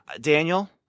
Daniel